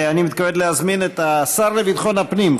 אני מתכבד להזמין את השר לביטחון הפנים,